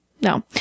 no